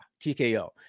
TKO